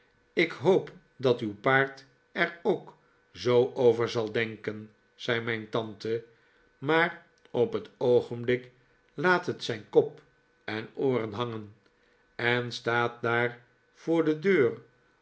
ik hoop dat uw paard er ook zoo over zal denken zei mijn tante maar op het oogenblik laat het zijn kop en ooren hangen en staat daar voor de deur